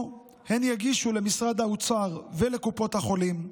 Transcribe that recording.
הן יגישו למשרד האוצר ולקופות החולים.